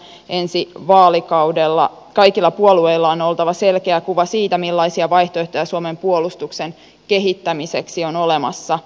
ensi vaalikaudella kaikilla puolueilla on oltava selkeä kuva siitä millaisia vaihtoehtoja suomen puolustuksen kehittämiseksi on olemassa